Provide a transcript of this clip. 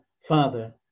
Father